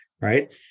right